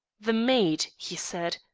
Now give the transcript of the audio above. the maid, he said,